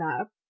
up